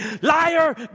liar